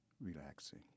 relaxing